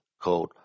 called